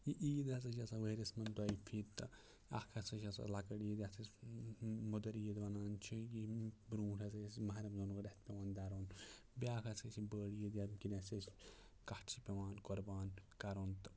یہِ عیٖد ہَسا چھِ آسان ؤرۍ یَس منٛز دۄیہِ پھِرِ تہٕ اَکھ ہَسا چھِ آسان لۅکٕٹۍ عیٖد یَتھ أسۍ مٔدٕر عیٖد وَنان چھِ ییٚمہِ برٛونٛٹھ ہَسا چھِ أسۍ ماہِ رمضانُن رٮ۪تھ پٮ۪وان درُن بیٛاکھ ہَسا چھِ بٔڈ عیٖد ییٚمہِ کِنۍ اَسہِ أسۍ کَٹھ چھِ پٮ۪وان قۄربان کَرُن تہٕ